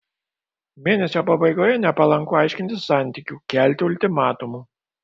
mėnesio pabaigoje nepalanku aiškintis santykių kelti ultimatumų